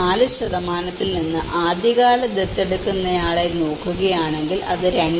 4 ൽ നിന്ന് ആദ്യകാല ദത്തെടുക്കുന്നയാളെ നോക്കുകയാണെങ്കിൽ അത് 2